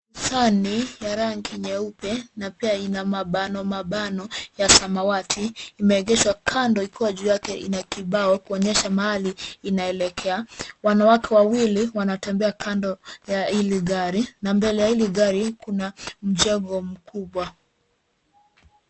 Sani ya rangi nyeupe na pia ina mabano mabano ya samawati. Imeegeshwa kando ikiwa juu yake ina kibao kuonyesha mahali inaelekea. Wanawake wawili wanatembea kando ya ili gari na mbele ya hili gari kuna mjengo mkubwa.